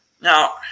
Now